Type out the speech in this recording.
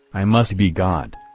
i must be god.